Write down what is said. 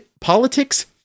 Politics